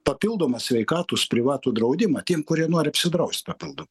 papildomą sveikatos privatų draudimą tiem kurie nori apsidrausti papildom